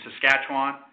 Saskatchewan